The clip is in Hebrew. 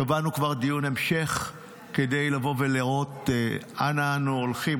כבר קבענו דיון המשך כדי לבוא ולראות אנה אנחנו הולכים.